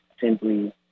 simply